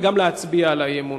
וגם להצביע על האי-אמון.